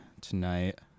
tonight